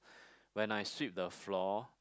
when I sweep the floor